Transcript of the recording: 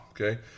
okay